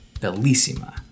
Bellissima